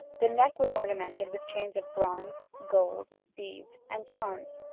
the neck was ornamented with chains of bronze, gold, beads, and charms,